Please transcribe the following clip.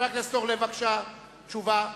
חבר הכנסת אורלב, בבקשה, תשובה.